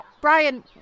Brian